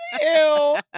Ew